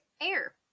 air